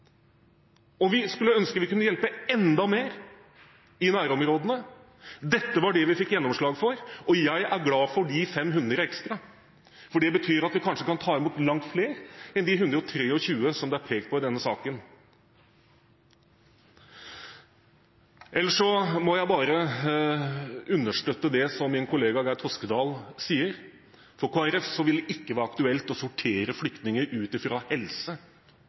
og vi skulle ønsket at vi kunne hjulpet enda mer i nærområdene, men dette var det vi fikk gjennomslag for. Jeg er glad for de 500 ekstra, for det betyr at vi kanskje kan ta imot langt flere enn de 123 som det er pekt på i denne saken. Ellers vil jeg støtte det som min kollega Geir S. Toskedal sier: For Kristelig Folkeparti vil det ikke være aktuelt å sortere flyktninger ut fra helse.